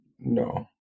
No